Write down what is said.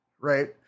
right